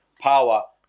power